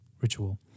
ritual